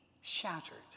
shattered